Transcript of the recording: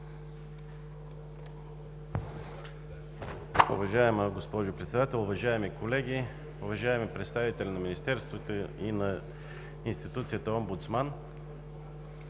Уважаема госпожо Председател, уважаеми колеги, уважаеми представители на министерствата и на институцията Омбудсман!